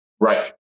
Right